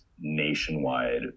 nationwide